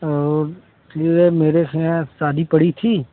और सीदे मेरे ठइयाँ शादी पड़ी थी